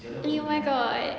!eww! my god